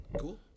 Cool